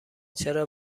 چرا